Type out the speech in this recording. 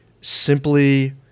simply